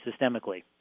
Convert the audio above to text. systemically